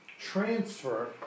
transfer